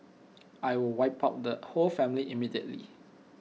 I will wipe out the whole family immediately